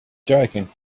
joking